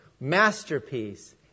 masterpiece